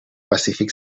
pacífic